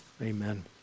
Amen